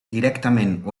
directament